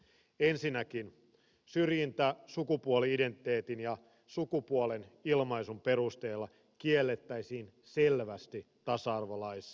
ensinnäkin syrjintä sukupuoli identiteetin ja sukupuolen ilmaisun perusteella kiellettäisiin selvästi tasa arvolaissa